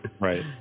right